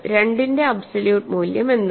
2 ന്റെ അബ്സോല്യൂട്ട് മൂല്യം എന്താണ്